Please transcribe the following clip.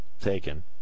taken